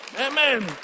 amen